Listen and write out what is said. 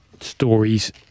stories